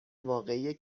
واقعی